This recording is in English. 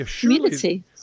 community